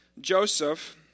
Joseph